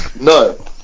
No